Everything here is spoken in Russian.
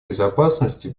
безопасности